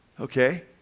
Okay